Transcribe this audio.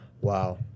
Wow